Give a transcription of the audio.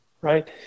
Right